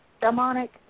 demonic